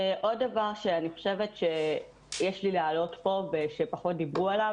עוד דבר שאני חושבת שיש לי להעלות פה ושפחות דיברו עליו,